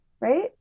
right